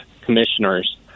commissioners